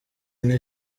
ine